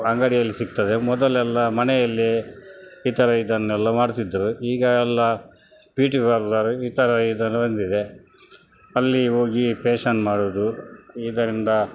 ಅಂಗಡಿಯಲ್ಲಿ ಸಿಗ್ತದೆ ಮೊದಲೆಲ್ಲ ಮನೆಯಲ್ಲೇ ಈ ಥರ ಇದನ್ನೆಲ್ಲ ಮಾಡ್ತಿದ್ದರು ಈಗ ಎಲ್ಲ ಬ್ಯೂಟಿ ಪಾರ್ಲರ್ ಈ ಥರ ಇದೆಲ್ಲ ಬಂದಿದೆ ಅಲ್ಲಿ ಹೋಗಿ ಪೇಶನ್ ಮಾಡುವುದು ಇದರಿಂದ